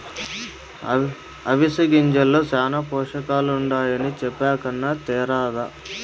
అవిసె గింజల్ల శానా పోసకాలుండాయని చెప్పే కన్నా తేరాదా